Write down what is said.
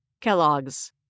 Kellogg's